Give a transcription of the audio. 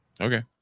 Okay